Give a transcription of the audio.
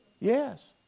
Yes